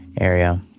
area